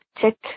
tick